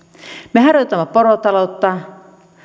me harjoitamme porotaloutta